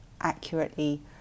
accurately